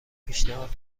پیشنهاد